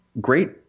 Great